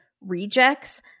rejects